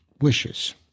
wishes